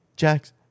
Jax